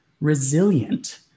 resilient